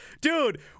Dude